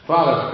Father